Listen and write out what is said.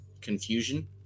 confusion